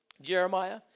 Jeremiah